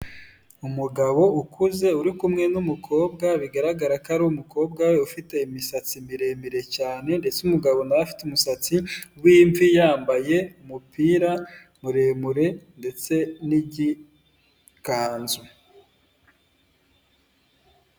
Umugabo ukuze uri kumwe n'umukobwa bigaragara ko ari umukobwa ufite imisatsi miremire cyane ndetse umugabo nawe afite umusatsi w'imvi yambaye umupira muremure ndetse n'igikanzu.